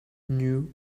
new